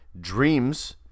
Dreams